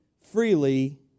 Freely